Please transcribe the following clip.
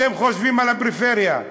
אתם חושבים על הפריפריה: